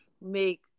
make